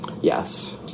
yes